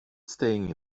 staying